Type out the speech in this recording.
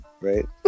Right